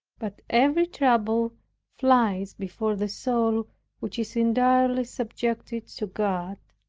but every trouble flies before the soul which is entirely subjected to god.